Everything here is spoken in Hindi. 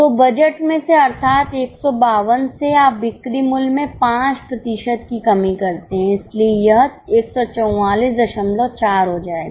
तो बजट में से अर्थात 152 से आप बिक्री मूल्य में 5 प्रतिशत की कमी करते हैं इसलिए यह 1444 हो जाएगा